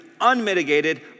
unmitigated